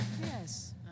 Yes